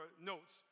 notes